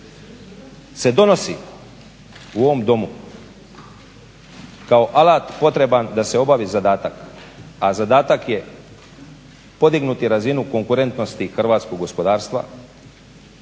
se donosi u ovom Domu kao alat potreban da se obavi zadatak, a zadatak je podignuti razinu konkurentnosti hrvatskog gospodarstva,